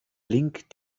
link